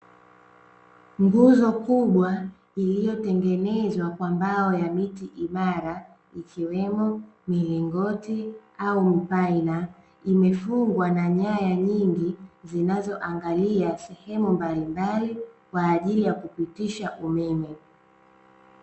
Nguzo kubwa iliyotengenezwa kwa mbao ya miti imara ikiwemo: milingoti au mpaina; imefungwa na nyaya nyingi zinazoangalia sehemu mbalimbali kwa ajili yakuptisha umeme.